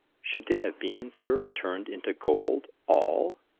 should they have been, sir, turn'd into gold, all?